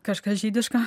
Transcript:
kažkas žydiška